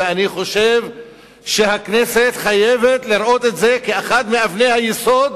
ואני חושב שהכנסת חייבת לראות את זה כאחת מאבני היסוד